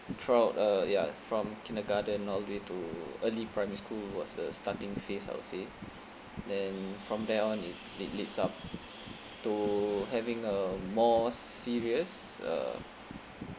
throughout uh ya from kindergarten all the way to early primary school was a starting phase I would say then from there on it it leads up to having a more serious uh